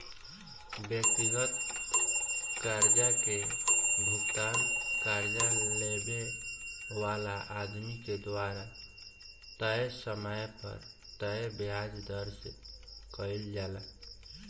व्यक्तिगत कर्जा के भुगतान कर्जा लेवे वाला आदमी के द्वारा तय समय पर तय ब्याज दर से कईल जाला